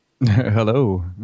Hello